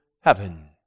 heaven